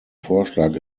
vorschlag